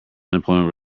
unemployment